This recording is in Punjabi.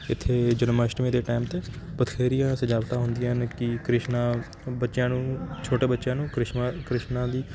ਇੱਥੇ ਜਨਮਾਸ਼ਟਮੀ ਦੇ ਟੈਮ 'ਤੇ ਬਥੇਰੀਆਂ ਸਜਾਵਟਾਂ ਹੁੰਦੀਆਂ ਨੇ ਕਿ ਕ੍ਰਿਸ਼ਨਾ ਬੱਚਿਆਂ ਨੂੰ ਛੋਟੇ ਬੱਚਿਆਂ ਨੂੰ ਕ੍ਰਿਸ਼ਨਾ ਕ੍ਰਿਸ਼ਨਾ ਦੀ